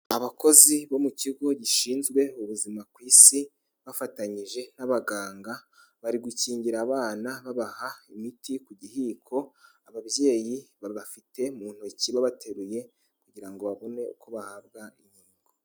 Abakozi bo mu kigo gishinzwe ubuzima ku isi, bafatanyije n'abaganga bari gukingira abana babaha imiti ku gihiko, ababyeyi babafite mu ntoki babateruye kugira ngo babone uko bahabwa imiti.